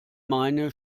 meine